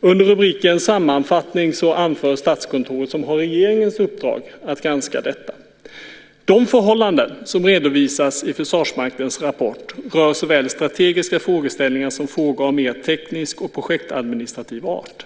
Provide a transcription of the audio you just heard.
Under rubriken Sammanfattning anför Statskontoret, som har regeringens uppdrag att granska detta, följande: "De förhållanden som redovisas i rapporten rör såväl strategiska frågeställningar som frågor av mer teknisk och projektadministrativ art.